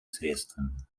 средствами